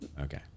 okay